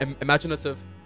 imaginative